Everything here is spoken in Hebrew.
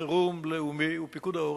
חירום לאומית ופיקוד העורף,